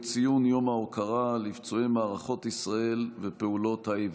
ציון יום ההוקרה לפצועי מערכות ישראל ופעולות האיבה.